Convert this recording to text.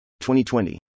2020